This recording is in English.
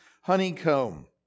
honeycomb